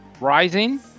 Rising